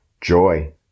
joy